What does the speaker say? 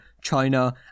China